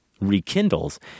rekindles